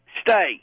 stay